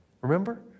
Remember